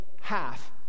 half